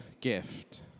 gift